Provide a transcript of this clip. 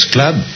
Club